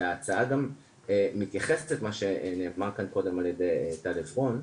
וההצעה גם מתייחסת למה שנאמר כאן על ידי טל עברון,